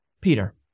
Peter